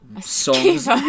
songs